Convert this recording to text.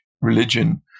religion